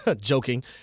Joking